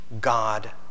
God